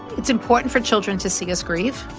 it's important for children to see us grieve.